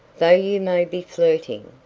though you may be flirting,